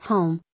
Home